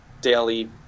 daily